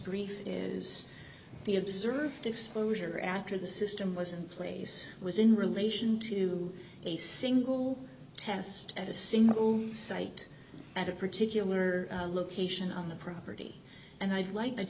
brief is the observed exposure after the system was in place was in relation to a single test at a single site at a particular location on the property and i'd like